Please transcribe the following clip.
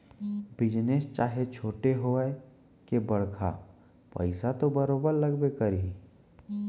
business चाहे छोटे होवय के बड़का पइसा तो बरोबर लगबे करही